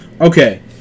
okay